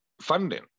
funding